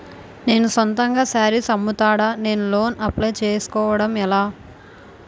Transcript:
నేను సొంతంగా శారీస్ అమ్ముతాడ, నేను లోన్ అప్లయ్ చేసుకోవడం ఎలా?